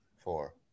four